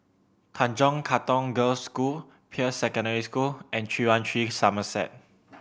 Tanjong Katong Girls' School Peirce Secondary School and Three One Three Somerset